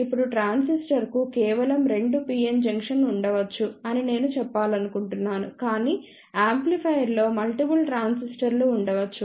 ఇప్పుడు ట్రాన్సిస్టర్కు కేవలం రెండు p n జంక్షన్ ఉండవచ్చు అని నేను చెప్పాలనుకుంటున్నాను కాని యాంప్లిఫైయర్లో మల్టిపుల్ ట్రాన్సిస్టర్లు ఉండవచ్చు